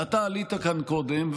אתה עלית לכאן קודם,